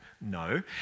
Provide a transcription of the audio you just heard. no